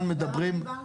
למה לא דיברת?